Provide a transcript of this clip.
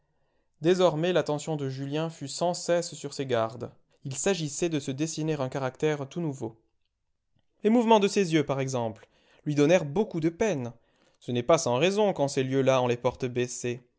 désormais l'attention de julien fut sans cesse sur ses gardes il s'agissait de se dessiner un caractère tout nouveau les mouvements de ses yeux par exemple lui donnèrent beaucoup de peine ce n'est pas sans raison qu'en ces lieux-là on les porte baissés